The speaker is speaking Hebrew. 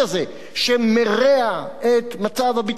שמרע את מצב הביטחון בעורף,